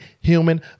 human